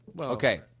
Okay